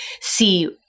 see